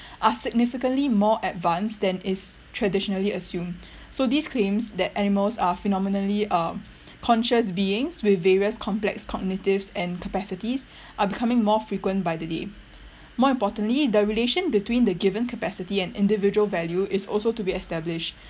are significantly more advanced than is traditionally assumed so these claims that animals are phenomenally uh conscious beings with various complex cognitive and capacities are becoming more frequent by the day more importantly the relation between the given capacity and individual value is also to be established